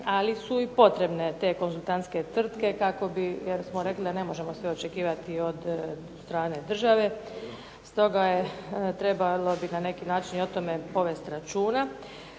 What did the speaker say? ali su i potrebne te konzultantske tvrtke kako bi, jer smo rekli da ne možemo svi očekivati od strane države, stoga je trebalo bi na neki način i o tome povesti računa.